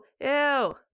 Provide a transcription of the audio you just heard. Ew